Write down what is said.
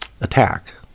attack